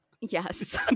Yes